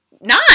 Nine